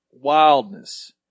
wildness